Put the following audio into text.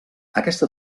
aquesta